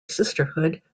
sisterhood